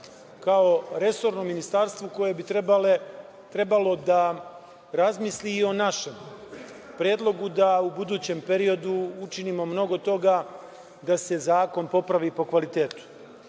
kao resorno ministarstvo koje bi trebalo da razmisli i o našem predlogu da u budućem periodu učinimo mnogo toga da se zakon popravi po kvalitetu. Prvo